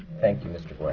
thank you, mr. guare.